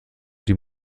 die